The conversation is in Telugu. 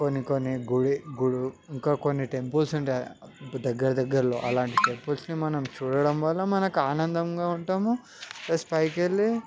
కొన్ని కొన్ని గుడి గుడు ఇంకా కొన్ని టెంపుల్స్ ఉంటాయి దగ్గర దగ్గరలో అలాంటి టెంపుల్స్ని మనం చూడడం చూడడం వల్ల మనకి ఆనందంగా ఉంటాము ప్లస్ పైకి వెళ్లి